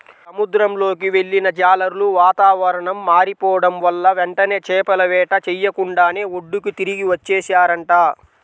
సముద్రంలోకి వెళ్ళిన జాలర్లు వాతావరణం మారిపోడం వల్ల వెంటనే చేపల వేట చెయ్యకుండానే ఒడ్డుకి తిరిగి వచ్చేశారంట